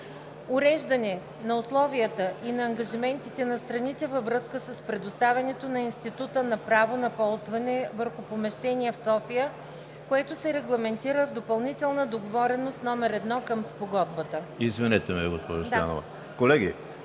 уреждане на условията и на ангажиментите на страните във връзка с предоставянето на Института на право на ползване върху помещения в София, което се регламентира в Допълнителна договореност № 1 към Спогодбата.“ (Силен шум.)